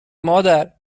مادر